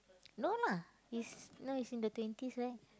no lah he's now he's in the twenties right